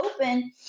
open